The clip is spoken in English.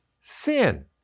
sin